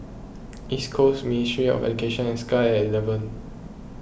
East Coast Ministry of Education and Sky at eleven